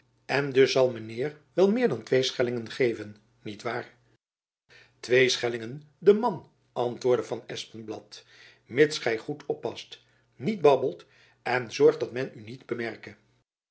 en dus zal men heir my wel meir als twei schellingen geiven niet wair twee schellingen den man antwoordde van espenblad mids gy goed oppast niet babbelt en zorgt dat men u niet bemerke